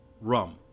rum